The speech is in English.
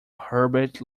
herbert